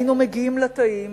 היינו מגיעים לתאים,